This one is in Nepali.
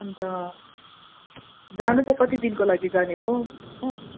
अन्त जानु पो कति दिनको लागि जाने हो हो